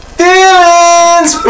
feelings